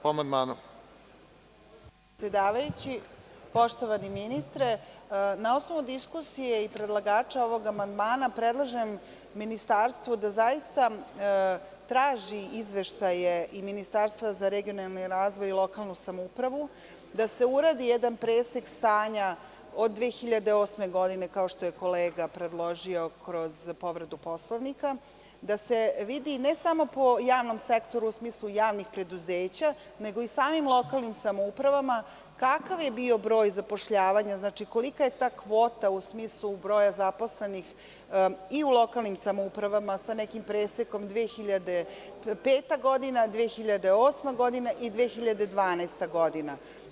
Poštovani predsedavajući, poštovani ministre, na osnovu diskusije i predlagača ovog amandmana predlažem Ministarstvu da zaista traži izveštaje Ministarstva za regionalni razvoj i lokalnu samoupravu, da se uradi jedan presek stanja od 2008. godine, kao što je kolega predložio kroz povredu Poslovnika, da se vidi ne samo po javnom sektoru u smislu javnih preduzeća, nego i samim lokalnim samoupravama, kakav je bio broj zapošljavanja, kolika je ta kvota u smislu broja zaposlenih i u lokalnim samoupravama, sa nekim presekom 2005. godina, 2008. godina i 2012. godina.